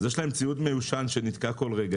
יש שם ציוד מיושן שנתקע כל רגע,